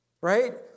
right